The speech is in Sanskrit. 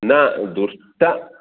न दुष्ट